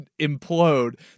implode